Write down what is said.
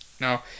no